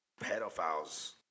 pedophiles